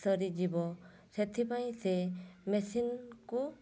ସରିଯିବ ସେଥିପାଇଁ ସେ ମେସିନ୍କୁ